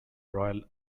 royal